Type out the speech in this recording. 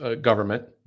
government